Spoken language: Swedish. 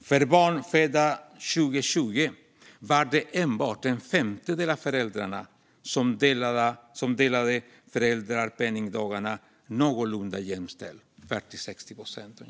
För barn födda 2020 var det enbart en femtedel av föräldrarna som delade föräldrapenningdagarna någorlunda jämställt - ungefär 40 respektive 60 procent.